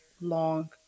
long